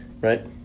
right